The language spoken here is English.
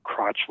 crotchless